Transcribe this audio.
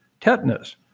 tetanus